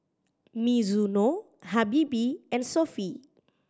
Mizuno Habibie and Sofy